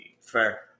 Fair